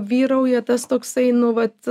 vyrauja tas toksai nu vat